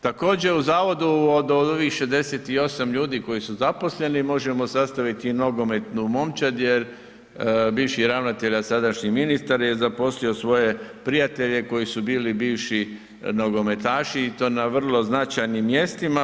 Također u zavodu od ovih 68 ljudi koji su zaposleni možemo sastaviti i nogometnu momčad jer bivši ravnatelj a sadašnji ministar je zaposlio svoje prijatelje koji su bili bivši nogometaši i to na vrlo značajnim mjestima.